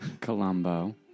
Colombo